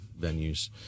venues